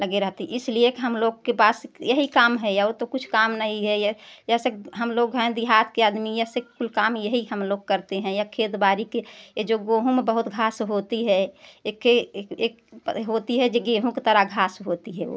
लगे रहते हैं इसलिए कि हम लोग के पास एक यही काम है और तो कुछ काम नहीं है यह यह से हम लोग हैं देहात के आदमी यह से कुल काम यही हम लोग करते हैं या खेत बाड़ी के ये जो गेहूँ में बहुत घास होती है एखी एक होती है जो गेहूँ के तरा घास होती है वो